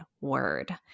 word